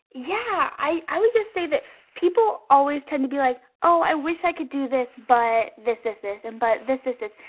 yeah, i would just say that people always tend to be like, oh, i wish i could do this but this, this, this, and but this, this this.